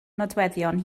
nodweddion